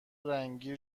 رنگی